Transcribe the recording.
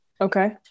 Okay